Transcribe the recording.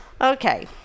Okay